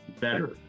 better